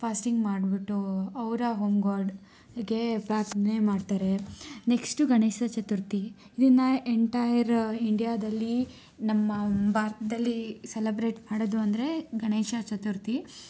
fasting ಮಾಡ್ಬಿಟ್ಟು ಅವರ ಹೋಂಗಾಡ್ಗೆ ಪ್ರಾರ್ಥನೆ ಮಾಡ್ತಾರೆ ನೆಕ್ಸ್ಟು ಗಣೇಶ ಚತುರ್ಥಿ ಇದನ್ನು ಎಂಟಾಯರ್ ಇಂಡ್ಯಾದಲ್ಲಿ ನಮ್ಮ ಭಾರತದಲ್ಲಿ ಸೆಲೆಬ್ರೇಟ್ ಮಾಡೋದು ಅಂದರೆ ಗಣೇಶ ಚತುರ್ಥಿ